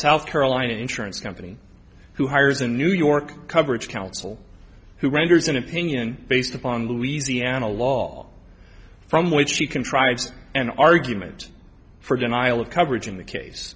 south carolina insurance company who hires a new york coverage counsel who renders an opinion based upon louisiana law from which she contrives an argument for denial of coverage in the case